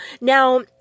Now